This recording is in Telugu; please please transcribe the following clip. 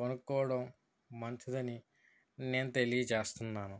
కొనుక్కోవడం మంచిది అని నేను తెలియచేస్తున్నాను